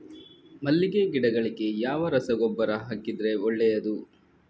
ಮಲ್ಲಿಗೆ ಗಿಡಗಳಿಗೆ ಯಾವ ರಸಗೊಬ್ಬರ ಹಾಕಿದರೆ ಒಳ್ಳೆಯದು?